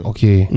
Okay